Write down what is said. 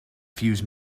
fuse